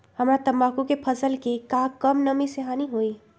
हमरा तंबाकू के फसल के का कम नमी से हानि होई?